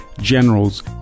generals